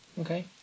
Okay